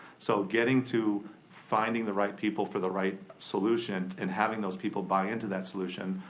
so getting to finding the right people for the right solution and having those people buy into that solution,